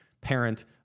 parent